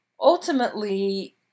ultimately